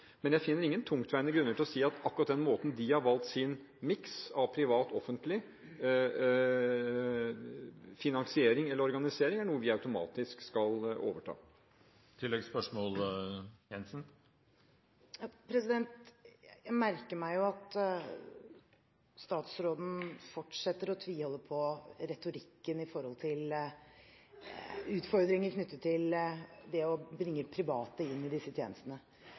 Men jeg finner ingen tungtveiende grunner til å si at den måten de har valgt å gjøre sin miks av privat/offentlig finansiering eller organisering på, er noe vi automatisk skal overta. Jeg merker meg at statsråden fortsetter å tviholde på retorikken når det gjelder utfordringer med det å bringe private inn i disse tjenestene.